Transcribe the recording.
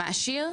מעשיר.